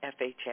FHA